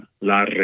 La